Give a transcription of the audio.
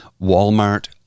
Walmart